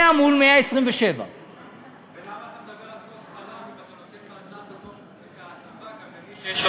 100 מול 127. ולמה אתה מדבר על כוס חלב